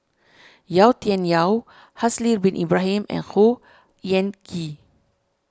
Yau Tian Yau Haslir Bin Ibrahim and Khor Ean Ghee